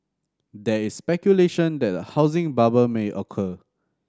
there is speculation that a housing bubble may occur